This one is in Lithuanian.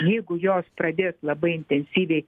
jeigu jos pradės labai intensyviai